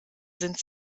sind